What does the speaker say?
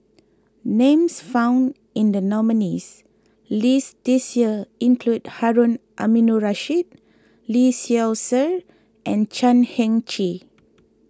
names found in the nominees' list this year include Harun Aminurrashid Lee Seow Ser and Chan Heng Chee